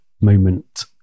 moment